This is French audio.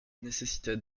nécessitait